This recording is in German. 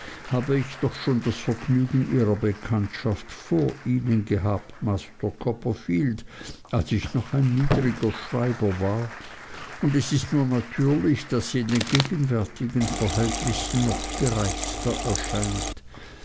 habe ich doch schon das vergnügen ihrer bekanntschaft vor ihnen gehabt master copperfield als ich noch ein niedriger schreiber war und es ist nur natürlich daß sie in den gegenwärtigen verhältnissen noch gereizter erscheint